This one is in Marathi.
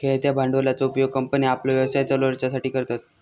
खेळत्या भांडवलाचो उपयोग कंपन्ये आपलो व्यवसाय चलवच्यासाठी करतत